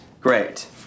great